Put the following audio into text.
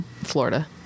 Florida